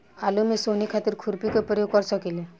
आलू में सोहनी खातिर खुरपी के प्रयोग कर सकीले?